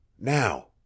Now